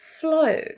flow